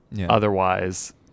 otherwise